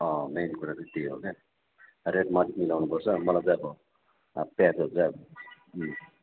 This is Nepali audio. अँ मेन कुरा त्यही हो क्या रेटमा अलिक मिलाउनु पर्छ मलाई चाहिँ अब प्याजहरू चाहिँ उम्